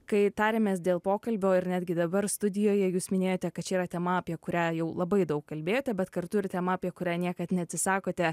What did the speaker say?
kai tarėmės dėl pokalbio ir netgi dabar studijoje jūs minėjote kad čia yra tema apie kurią jau labai daug kalbėjote bet kartu ir tema apie kurią niekad neatsisakote